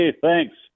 thanks